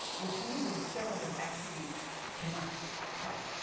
which means that the shareholders actually cannot like